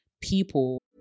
people